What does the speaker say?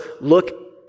look